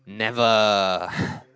never